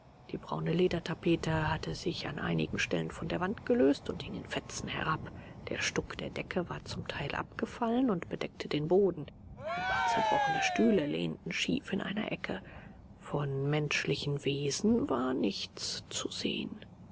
die braune ledertapete hatte sich an einigen stellen von der wand gelöst und hing in fetzen herab der stuck der decke war zum teil abgefallen und bedeckte den boden ein paar zerbrochene stühle lehnten schief in einer ecke von menschlichen wesen war nichts zu sehen